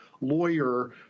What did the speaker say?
lawyer